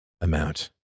amount